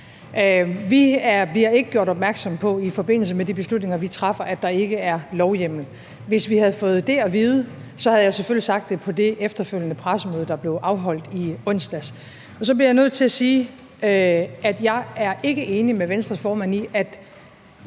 bliver ikke gjort opmærksom på, i forbindelse med de beslutninger, vi træffer, at der ikke er lovhjemmel. Hvis vi havde fået det at vide, havde jeg selvfølgelig sagt det på det efterfølgende pressemøde, der blev afholdt i onsdags. Og så bliver nødt til at sige, at jeg ikke er enig med Venstres formand i, at